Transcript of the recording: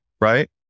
right